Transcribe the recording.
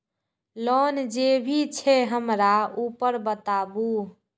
Loan जे भी छे हमरा ऊपर बताबू?